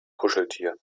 kuscheltier